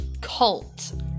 cult